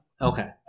Okay